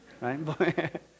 right